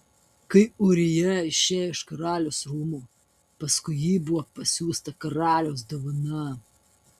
kai ūrija išėjo iš karaliaus rūmų paskui jį buvo pasiųsta karaliaus dovana